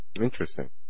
Interesting